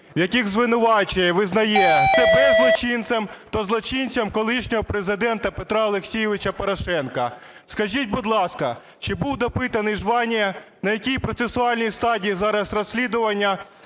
в яких звинувачує, визнає себе злочинцем та злочинцем колишнього Президента Петра Олексійовича Порошенка. Скажіть, будь ласка, чи був допитаний Жванія? На якій процесуальній стадії зараз розслідування?